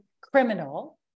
criminal